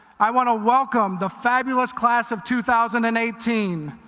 i want to welcome the fabulous class of two thousand and eighteen.